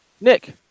Nick